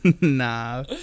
Nah